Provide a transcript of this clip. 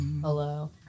Hello